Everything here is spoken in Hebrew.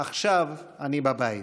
עכשיו אני בבית.